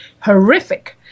horrific